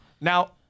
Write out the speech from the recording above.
Now